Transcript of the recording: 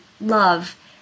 love